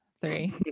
Three